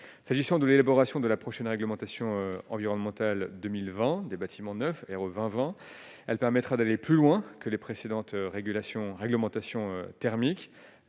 s'agissant de l'élaboration de la prochaine réglementation environnementale 2020, des bâtiments neufs et revend, elle permettra d'aller plus loin que les précédentes régulation réglementation thermique,